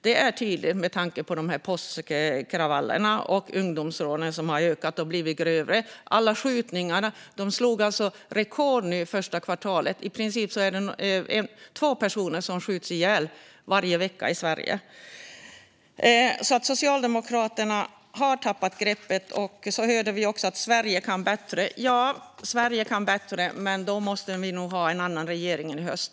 Det är tydligt med tanke på påskkravallerna och med tanke på ungdomsrånen, som har ökat och blivit värre. Skjutningarna slog rekord under första kvartalet i år. I princip skjuts två personer ihjäl varje vecka i Sverige. Socialdemokraterna har tappat greppet. Vi hörde också att Sverige kan bättre. Ja, Sverige kan bättre, men då måste vi nog ha en annan regering i höst.